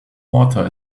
water